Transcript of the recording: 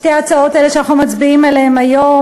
שתי ההצעות האלה שאנחנו מצביעים עליהן היום,